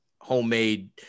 homemade